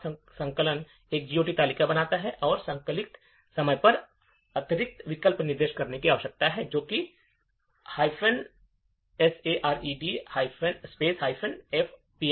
अब संकलक एक GOT तालिका बनाता है हमें संकलित समय पर अतिरिक्त विकल्प निर्दिष्ट करने की आवश्यकता है जो कि sared fpic है